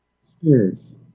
Spears